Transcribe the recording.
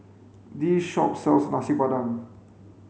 this shop sells nasi padang